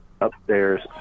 Upstairs